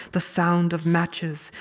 the sound of matches,